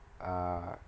uh